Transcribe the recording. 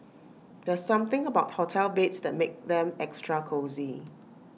there's something about hotel beds that makes them extra cosy